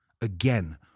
Again